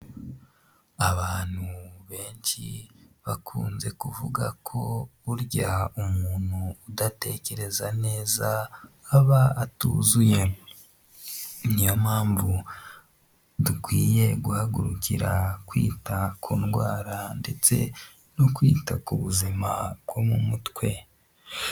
Abantu benshi bakunze kuvuga ko burya umuntu udatekereza neza aba atuzuye niyo mpamvu dukwiye guhagurukira kwita ku ndwara ndetse no kwita ku buzima bwo mu mutwe.